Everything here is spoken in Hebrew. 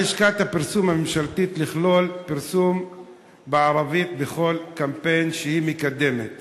על לשכת הפרסום הממשלתית לכלול פרסום בערבית בכל קמפיין שהיא מקדמת